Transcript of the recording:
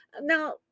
Now